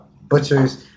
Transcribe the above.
Butcher's